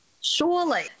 surely